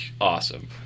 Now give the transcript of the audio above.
awesome